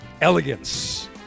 elegance